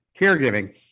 caregiving